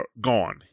gone